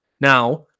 Now